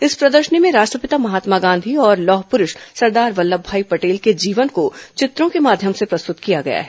इस प्रदर्शनी में राष्ट्रपिता महात्मा गांधी और लौह पुरूष सरदार वल्लमभाई पटेल के जीवन को चित्रों के माध्यम से प्रस्तुत किया गया है